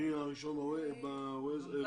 מי יהיה הראשון בזום?